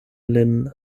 lin